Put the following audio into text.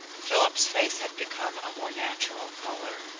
philip's face had become a more natural colour.